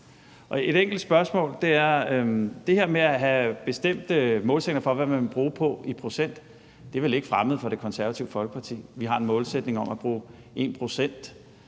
et enkelt spørgsmål. Det her med at have bestemte målsætninger for, hvad man vil bruge på noget i procent, er vel ikke fremmed for Det Konservative Folkeparti. Vi har en målsætning om at bruge 1 pct.